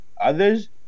others